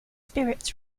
spirits